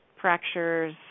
fractures